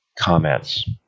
comments